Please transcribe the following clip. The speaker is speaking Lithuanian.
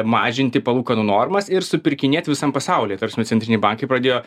mažinti palūkanų normas ir supirkinėt visame pasaulyje ta prasme centriniai bankai pradėjo